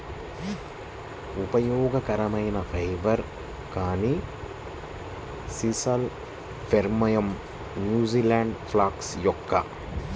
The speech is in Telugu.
ఉపయోగకరమైన ఫైబర్, కానీ sisal phormium, New Zealand flax yucca